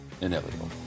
Inevitable